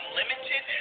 limited